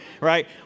right